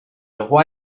roi